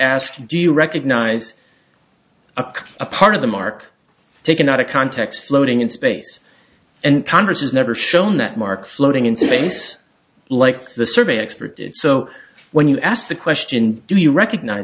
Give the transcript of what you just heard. asked do you recognize the a part of the mark taken out of context floating in space and converses never shown that mark floating in space like the survey expert did so when you asked the question do you recognize